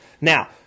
Now